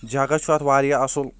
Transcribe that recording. جگہہ چھُ اتھ واریاہ اصل